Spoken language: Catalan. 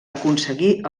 aconseguir